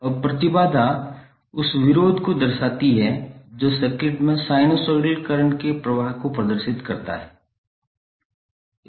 अब प्रतिबाधा उस विरोध को दर्शाती है जो सर्किट में साइनसोइडल करंट के प्रवाह को प्रदर्शित करता है